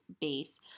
base